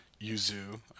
yuzu